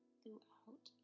throughout